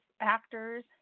actors